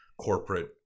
corporate